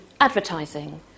advertising